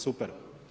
Super.